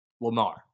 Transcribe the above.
Lamar